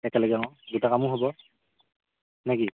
একেলগে অঁ দুটা কামো হ'ব নে কি